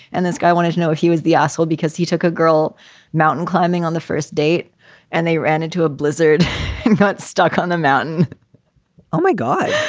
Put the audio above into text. and this guy wanted to know if he was the asshole because he took a girl mountain climbing on the first date and they ran into a blizzard got stuck on the mountain oh, my god.